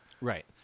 Right